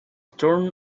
turned